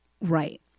Right